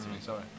sorry